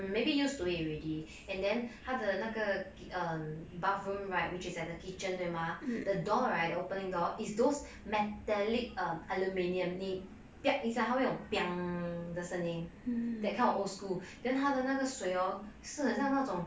maybe used to it already and then 他的那个 bathroom right which is at the kitchen 对 mah the door right the opening door is those metallic um aluminium 你 piak 一下它就会有种 的声音 that kind of old school then 他的那个水 hor 很像那种